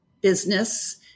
business